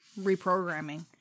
reprogramming